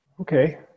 Okay